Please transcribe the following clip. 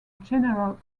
general